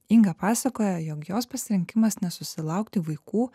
inga pasakoja jog jos pasirinkimas nes susilaukti vaikų